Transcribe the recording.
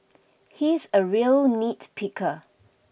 he's a real nitpicker